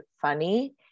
funny